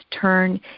turn